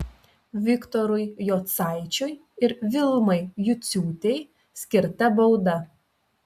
viktorui jocaičiui ir vilmai juciūtei skirta bauda